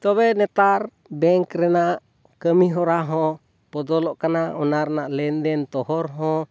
ᱛᱚᱵᱮ ᱱᱮᱛᱟᱨ ᱵᱮᱝᱠ ᱨᱮᱱᱟᱜ ᱠᱟᱹᱢᱤ ᱦᱚᱨᱟ ᱦᱚᱸ ᱵᱚᱫᱚᱞᱚᱜ ᱠᱟᱱᱟ ᱚᱱᱟ ᱨᱮᱱᱟᱜ ᱞᱮᱱᱫᱮᱱ ᱛᱚᱦᱚᱨ ᱦᱚᱸ